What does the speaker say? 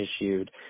issued